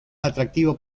atractivo